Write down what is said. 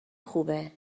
خوبه